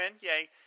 yay